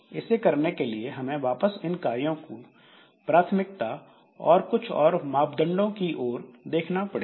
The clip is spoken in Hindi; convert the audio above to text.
इसे करने के लिए हमें वापस इन कार्यों की प्राथमिकता और कुछ और मापदंडों की ओर देखना पड़ेगा